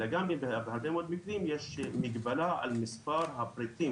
אלא גם בהרבה מאוד מקרים יש מגבלה על מספר הפריטים